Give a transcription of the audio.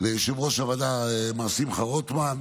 ליושב-ראש הוועדה מר שמחה רוטמן,